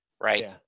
Right